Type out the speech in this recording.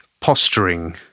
posturing